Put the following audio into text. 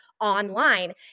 online